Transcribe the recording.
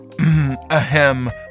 ahem